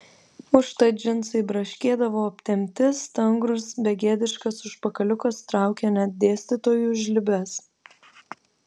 užtat džinsai braškėdavo aptempti stangrus begėdiškas užpakaliukas traukė net dėstytojų žlibes